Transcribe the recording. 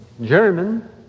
German